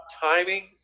timing